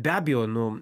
be abejo nu